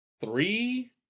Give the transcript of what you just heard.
three